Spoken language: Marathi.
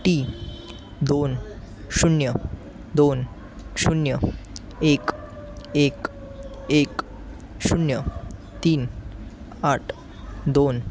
टी दोन शून्य दोन शून्य एक एक शून्य तीन आठ दोन